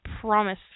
promise